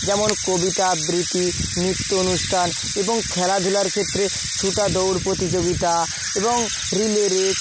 যেমন কবিতা আবৃত্তি নৃত্য অনুষ্ঠান এবং খেলাধুলার ক্ষেত্রে ছোটা দৌড় প্রতিযোগিতা এবং রিলে রেস